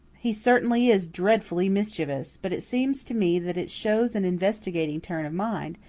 he certainly is dreadfully mischievous but it seems to me that it shows an investigating turn of mind,